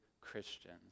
Christians